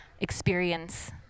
experience